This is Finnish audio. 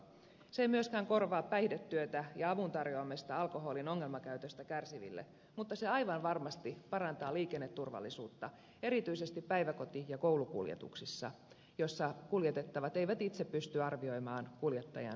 se ei myöskään korvaa päihdetyötä ja avun tarjoamista alkoholin ongelmakäytöstä kärsiville mutta se aivan varmasti parantaa liikenneturvallisuutta erityisesti päiväkoti ja koulukuljetuksissa joissa kuljetettavat eivät itse pysty arvioimaan kuljettajan kuntoa